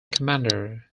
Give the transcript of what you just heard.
commander